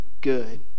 good